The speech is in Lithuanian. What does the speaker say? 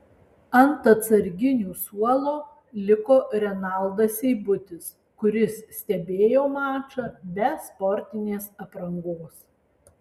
ant atsarginių suolo liko renaldas seibutis kuris stebėjo mačą be sportinės aprangos